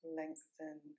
lengthen